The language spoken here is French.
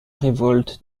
révolte